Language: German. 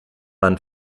man